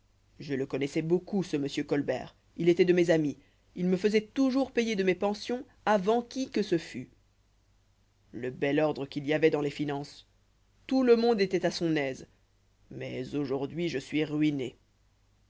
je le connoissois beaucoup ce m colbert il étoit de mes amis il me faisoit toujours payer de mes pensions avant qui que ce fût le bel ordre qu'il y avoit dans les finances tout le monde étoit à son aise mais aujourd'hui je suis ruiné